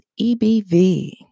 EBV